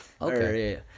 okay